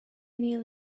kneel